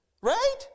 right